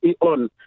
on